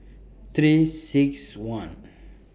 thirty six one